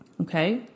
Okay